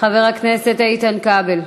חבר הכנסת איתן כבל,